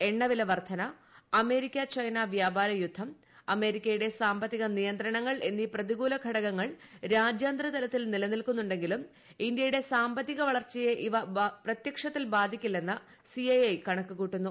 എണ്ണവില വർദ്ധന America China വ്യാപാരയുദ്ധം അമേരിക്കയുടെ സാമ്പത്തിക നിയന്ത്രണങ്ങൾ എന്നീ പ്രതികൂല ഘടകങ്ങൾ രാജ്യാന്തര തലത്തിൽ നിലനിൽക്കുന്നുവെങ്കിലും ഇന്ത്യയുടെ സാമ്പത്തിക വളർച്ചയെ അത് പ്രത്യക്ഷത്തിൽ ബാധിക്കില്ലെന്ന് സിഐഐ കണക്ക് കൂട്ടുന്നു